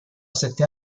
sette